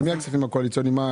של מי הכספים הקואליציוניים?